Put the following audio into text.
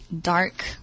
dark